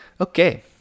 okay